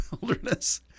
wilderness